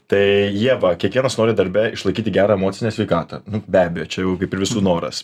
tai ieva kiekvienas nori darbe išlaikyti gerą emocinę sveikatą nu be abejo čia jau kaip ir visų noras